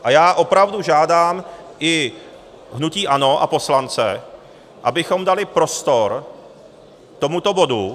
A já opravdu žádám i hnutí ANO a poslance, abychom dali prostor tomuto bodu.